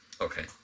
Okay